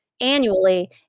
annually